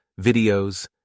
videos